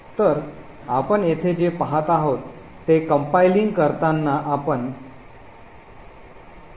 तर आपण येथे जे पहात आहात ते compiling करताना आपण L